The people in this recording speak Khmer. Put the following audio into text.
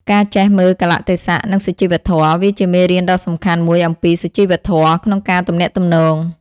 ការចេះមើលកាលៈទេសៈ និងសុជីវធម៌ វាជាមេរៀនដ៏សំខាន់មួយអំពី សុជីវធម៌ ក្នុងការទំនាក់ទំនង។